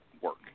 work